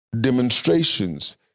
demonstrations